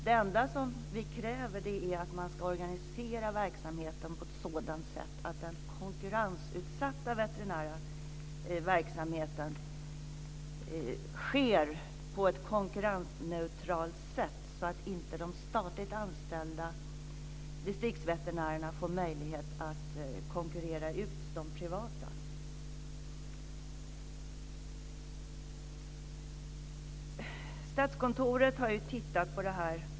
Det enda som vi kräver är att man ska organisera verksamheten på ett sådant sätt att den konkurrensutsatta veterinära verksamheten sker på ett konkurrensneutralt sätt, så att inte de statligt anställda distriktsveterinärerna får möjlighet att konkurrera ut de privata. Statskontoret har ju tittat på det här.